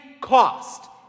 cost